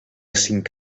cinc